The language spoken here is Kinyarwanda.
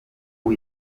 ubu